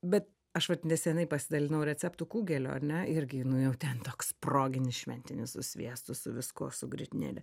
bet aš vat neseniai pasidalinau receptu kugelio ar ne irgi nu jau ten toks proginis šventinis su sviestu su viskuo su grietinėle